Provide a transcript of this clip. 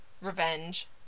revenge